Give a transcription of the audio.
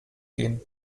dienen